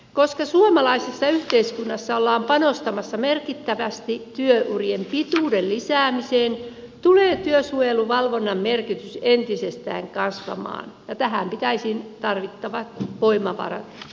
koska suomalaisessa yhteiskunnassa ollaan panostamassa merkittävästi työurien pituuden lisäämiseen tulee työsuojeluvalvonnan merkitys entisestään kasvamaan ja tähän olisi tarvittavat voimavarat löydettävä